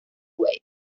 wave